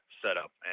setup